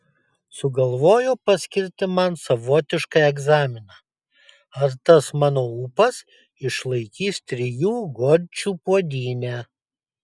sugalvojo paskirti man savotišką egzaminą ar tas mano ūpas išlaikys trijų gorčių puodynę